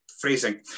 Phrasing